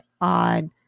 on